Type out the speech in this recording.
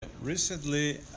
Recently